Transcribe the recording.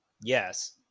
Yes